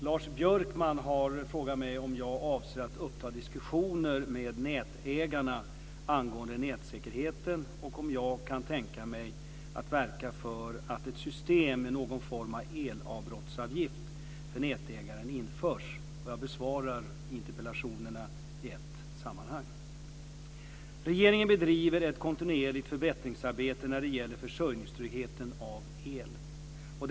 Lars Björkman har frågat mig om jag avser att uppta diskussioner med nätägarna angående nätsäkerheten och om jag kan tänka mig att verka för att ett system med någon form av elavbrottsavgift för nätägaren införs. Jag besvarar interpellationerna i ett sammanhang. Regeringen bedriver ett kontinuerligt förbättringsarbete när det gäller försörjningstryggheten i fråga om el.